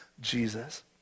Jesus